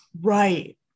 Right